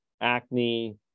acne